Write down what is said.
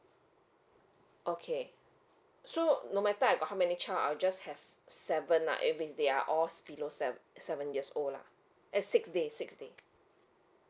okay so no matter I got how many child I'll just have seven lah if if they are all below seven seven years old lah eh six day six day